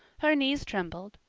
her knees trembled,